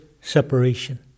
separation